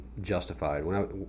justified